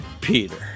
Peter